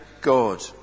God